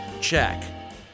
check